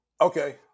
Okay